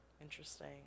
Interesting